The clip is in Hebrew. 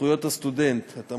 זכויות הסטודנט (תיקון,